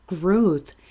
growth